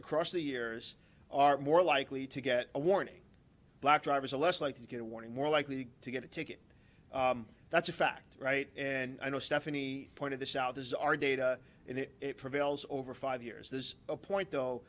across the years are more likely to get a warning black drivers are less likely to get a warning more likely to get a ticket that's a fact right and i know stephanie pointed this out as our data it prevails over five years this is a point though